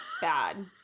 bad